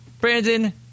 Brandon